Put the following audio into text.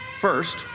First